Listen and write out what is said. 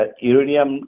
uranium